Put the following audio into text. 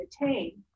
attain